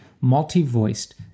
multi-voiced